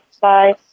Bye